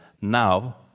now